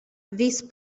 these